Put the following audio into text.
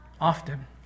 Often